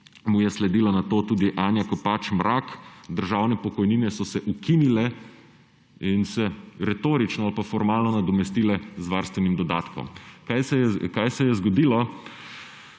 mu je nato sledila tudi Anja Kopač Mrak, državne pokojnine so se ukinile in se retorično ali pa formalno nadomestile z varstvenim dodatkom. Kaj se je zgodilo?